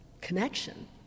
connection